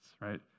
Right